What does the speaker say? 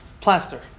plaster